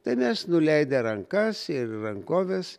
tai mes nuleidę rankas ir rankoves